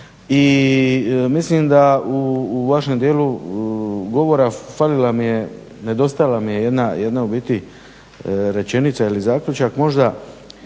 I mislim da u vašem dijelu govora falila mi je, nedostajala mi je jedna u biti rečenica ili zaključak